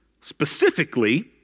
Specifically